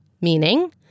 meaning